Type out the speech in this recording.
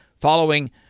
following